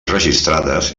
registrades